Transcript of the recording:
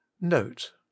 note